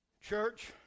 Church